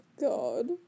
god